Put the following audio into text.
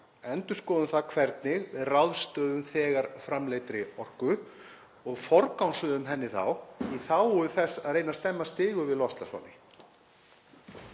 endurskoðum hvernig við ráðstöfum þegar framleiddri orku og forgangsröðum henni í þágu þess að reyna að stemma stigu við loftslagsvánni?